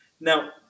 Now